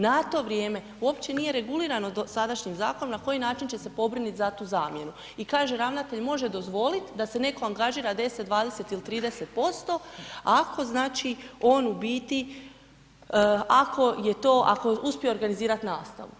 Na to vrijeme uopće nije regulirano sadašnjim zakonom na koji način će se pobrinit za tu zamjenu i kaže ravnatelj može dozvolit da se netko angažira 10, 20 ili 30% ako znači on u biti, ako je to, ako uspije organizirati nastavu.